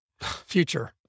future